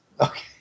okay